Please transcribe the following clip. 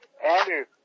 Andrew